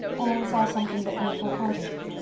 anne saw something that made her heart ache.